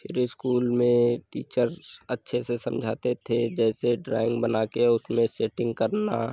फिर इस्कूल में टीचर्स अच्छे से समझाते थे जैसे ड्राइंग बना के उसमें सेटिंग करना